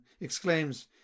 exclaims